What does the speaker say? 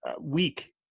weak